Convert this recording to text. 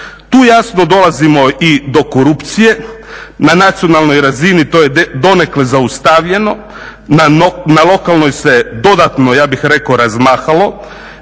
Tu jasno dolazimo i do korupcije, na nacionalnoj razini to je donekle zaustavljenoj, na lokalnoj se dodatno, ja bih rekao, razmahalo,